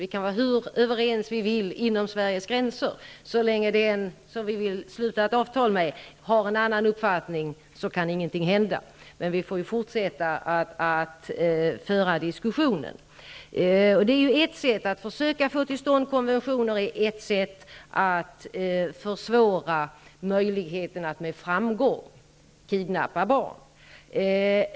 Vi kan vara hur överens vi vill inom Sveriges gränser, men så länge den vi vill sluta ett avtal med har en annan uppfattning kan ingenting hända. Vi får ändå fortsätta att föra diskussionen. Att försöka få till stånd konventioner är ett sätt att försvåra möjligheterna att med framgång kidnappa barn.